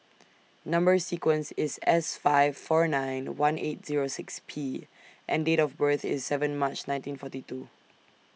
Number sequence IS S five four nine one eight Zero six P and Date of birth IS seven March nineteen forty two